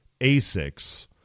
Asics